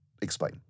explain